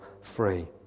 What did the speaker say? free